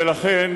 ולכן